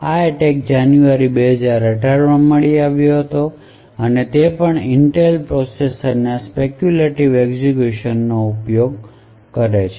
આ attack January 2018 માં મળી આવ્યો હતો અને તે પણ ઇન્ટેલ પ્રોસેસર ના સ્પેક્યૂલેટિવ એક્ઝેક્યુશન નો ઉપયોગ પણ કરે છે